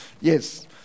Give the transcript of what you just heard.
Yes